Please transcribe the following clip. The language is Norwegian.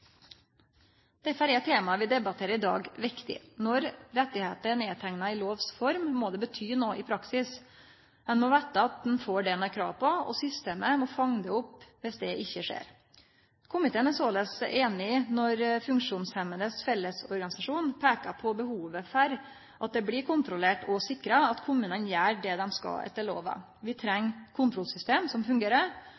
Derfor er temaet vi debatterer i dag, viktig. Når rettar er nedteikna i lovs form, må det bety noko i praksis. Ein må vite at ein får det ein har krav på, og systemet må fange det opp dersom det ikkje skjer. Komiteen er såleis einig når Funksjonshemmedes Fellesorganisasjon peikar på behovet for at det blir kontrollert og sikra at kommunane gjer det dei skal etter lova. Vi treng